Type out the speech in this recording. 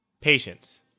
Patience